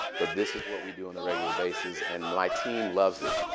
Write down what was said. but this is what we do on a regular basis. and my team loves it.